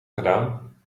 gedaan